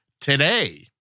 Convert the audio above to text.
today